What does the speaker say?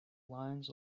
lines